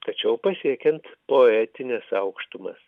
tačiau pasiekiant poetines aukštumas